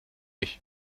ich